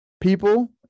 people